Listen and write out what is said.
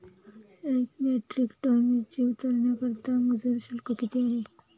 एक metric ton मिरची उतरवण्याकरता मजूर शुल्क किती आहे?